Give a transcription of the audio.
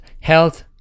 Health